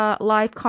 live